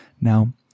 now